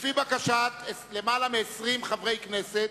לפי בקשת למעלה מ-20 חברי הכנסת,